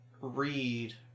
read